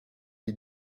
les